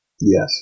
Yes